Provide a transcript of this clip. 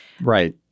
Right